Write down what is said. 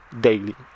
daily